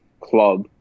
club